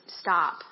stop